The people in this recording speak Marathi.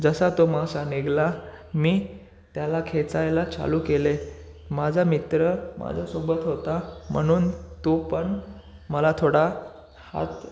जसा तो मासा निघाला मी त्याला खेचायला चालू केले माझा मित्र माझ्यासोबत होता म्हणून तो पण मला थोडा हात